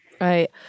Right